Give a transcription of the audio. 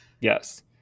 Yes